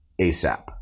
ASAP